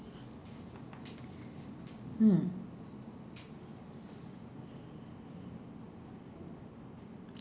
hmm